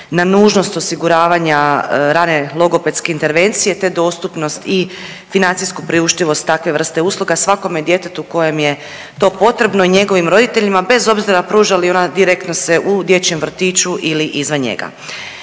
na nužnost osiguravanja rane logopedske intervencije te dostupnost i financijsku priuštivost takve vrste usluga svakome djetetu kojem je to potrebno i njegovim roditeljima, bez obzira pruža li ona direktno se u dječjem vrtiću ili izvan njega.